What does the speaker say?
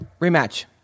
rematch